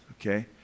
okay